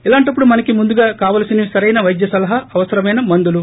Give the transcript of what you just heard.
ఇలాంటప్పుడు మనకి ముందుగా కావలసినవి సరైన వైద్య సలహా అవసరమైన మందులు